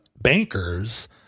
bankers